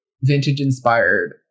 vintage-inspired